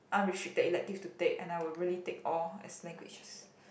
unrestricted electives to take and I will really take all as languages